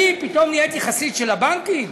אני פתאום נהייתי חסיד של הבנקים?